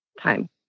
time